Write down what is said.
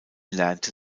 lernte